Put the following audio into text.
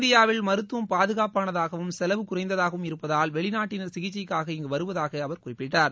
இந்தியாவில் மருத்துவம் பாதுகாப்பானதாகவும் செலவு குறைந்ததாகவும் இருப்பதால் வெளிநாட்டினர் சிகிச்சைக்காக இங்கு வருவதாக அவர் குறிப்பிட்டார்